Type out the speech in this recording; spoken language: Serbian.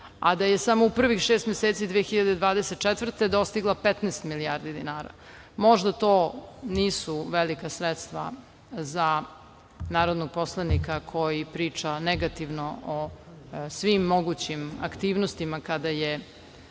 a da je samo u prvih šest meseci 2024. godine dostigla 15 milijardi dinara. Možda to nisu velika sredstva za narodnog poslanika koji priča negativno o svim mogućim aktivnostima kada je